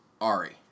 Ari